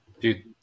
Dude